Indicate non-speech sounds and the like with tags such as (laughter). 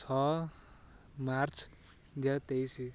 ଛଅ ମାର୍ଚ୍ଚ ଦୁଇ (unintelligible) ତେଇଶ